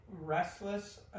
restless